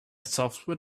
software